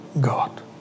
God